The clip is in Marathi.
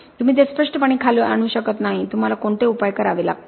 तुम्ही ते स्पष्टपणे खाली आणू शकत नाही तुम्हाला कोणते उपाय करावे लागतील